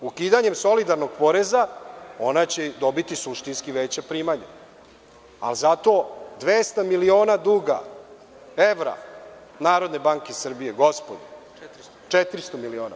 Ukidanjem solidarnog poreza ona će dobiti suštinski veća primanja, ali zato je 200 miliona evra duga NBS, gospodo, odnosno 400 miliona.